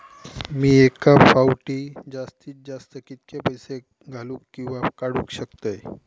मी एका फाउटी जास्तीत जास्त कितके पैसे घालूक किवा काडूक शकतय?